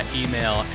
email